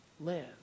live